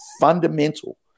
fundamental